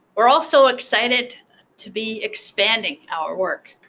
we're also excited to be expanding our work.